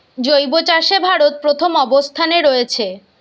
জৈব চাষে ভারত প্রথম অবস্থানে রয়েছে